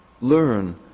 Learn